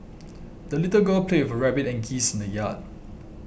the little girl played with her rabbit and geese in the yard